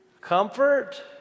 Comfort